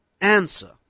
answer